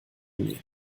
nehmen